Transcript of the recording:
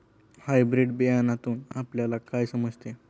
Hybrid बियाण्यातून आपल्याला काय समजते?